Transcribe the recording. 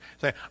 Say